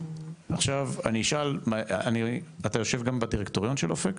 עכשיו אני אשאל, אתה יושב גם בדירקטוריון של אופק?